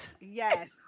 Yes